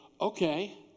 okay